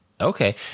Okay